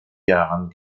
jahren